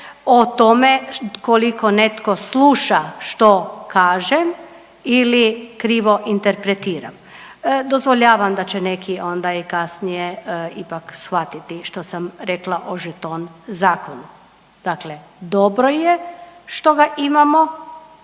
o tome koliko netko sluša što kažem ili krivo interpretira. Dozvoljavam da će neki onda i kasnije ipak shvatiti što sam rekla o žeton zakonu. Dakle, dobro je što ga imamo,